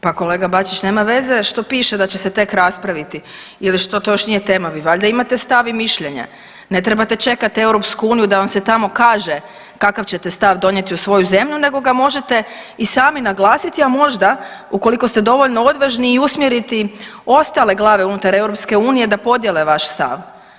Pa kolega Bačić nema veze što piše da će se tek raspraviti ili što još nije tema, vi valjda imate stav i mišljenje, ne trebate čekati EU da vam se tamo kaže kakav ćete stav donijeti u svoju zemlju nego ga možete i sami naglasiti, a možda ukoliko ste dovoljno odvažni i usmjeriti ostale glave unutar EU da podijele vaš stav.